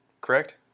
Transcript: correct